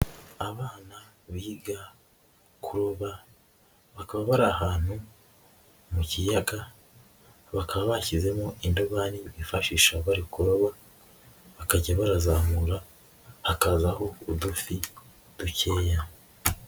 Abana biga kuroba, bakaba bari ahantu mu kiyaga, bakaba bashyizemo indobani bifashisha bari kuroba, bakajya barazamura hakazaho udufi dukeya.